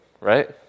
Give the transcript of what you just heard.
right